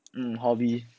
hmm hobby